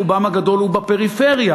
רובם הגדול הוא בפריפריה,